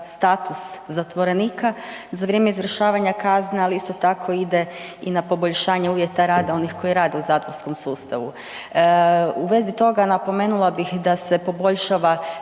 status zatvorenika za vrijeme izvršavanja kazne, ali isto tako ide i na poboljšanje uvjeta rada onih koji rade u zatvorskom sustavu. U vezi toga napomenula bih da se poboljšava